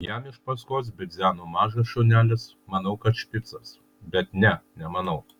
jam iš paskos bidzeno mažas šunelis manau kad špicas bet ne nemanau